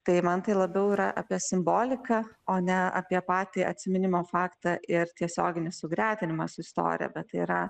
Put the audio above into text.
tai man tai labiau yra apie simboliką o ne apie patį atsiminimo faktą ir tiesioginį sugretinimą su istorija bet tai yra